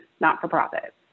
not-for-profit